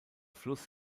fluss